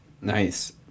Nice